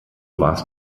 warst